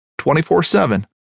24-7